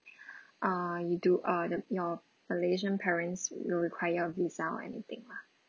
err you do uh that your malaysian parents will require of visa or anything lah